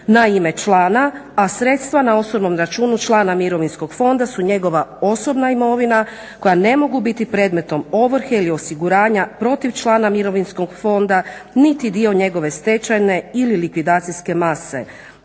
na ime člana, a sredstva na osobnom računu člana mirovinskog fonda su njegova osobna imovina koja ne mogu biti predmetom ovrhe ili osiguranja protiv člana mirovinskog fonda niti dio njegove stečajne ili likvidacijske mase.